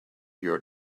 your